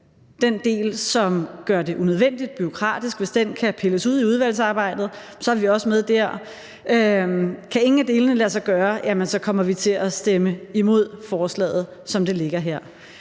den del, som gør det unødvendigt bureaukratisk, kan pilles ud i udvalgsarbejdet, så vi er også med der. Kan ingen af delene lade sig gøre, kommer vi til at stemme imod forslaget, som det ligger her.